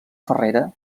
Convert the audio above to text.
ferrera